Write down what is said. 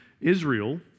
Israel